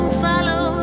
follow